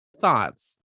Thoughts